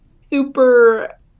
super